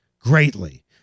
greatly